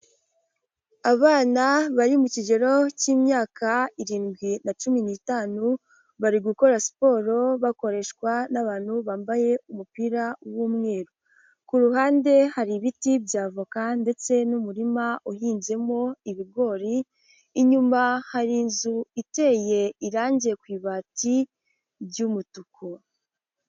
Abana bari mu kigero cy'imyaka irindwi na cumi n'itanu, bari gukora siporo bakoreshwa n'abantu bambaye umupira w'umweru. Ku ruhande hari ibiti bya voka ndetse n'umurima uhinzemo ibigori, inyuma hari inzu iteye irangi ku ibati ry'umutuku.